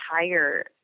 entire